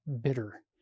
bitter